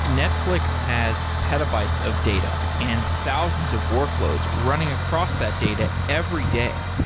netflix has petabytes of data and thousands of workloads running across that data every day.